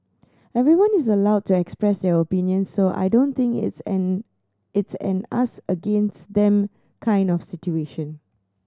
everyone is allowed to express their opinions so I don't think it's an it's an us against them kind of situation